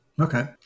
Okay